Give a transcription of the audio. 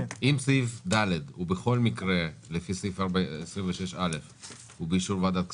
אם סעיף (ד) הוא בכל מקרה באישור ועדת כספים,